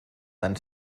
tan